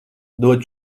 dod